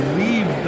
leave